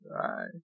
Right